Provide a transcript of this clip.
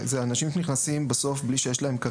זה אנשים שנכנסים ללא כרטיס.